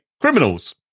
criminals